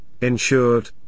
insured